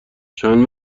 چند